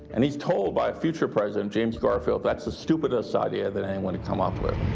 and he's told by a future president, james garfield, that's the stupidest idea that anyone had come up with.